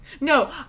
no